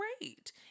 great